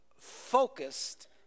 focused